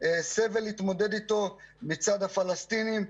סבל להתמודד אתו מצד הפלסטינים,